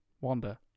Wanda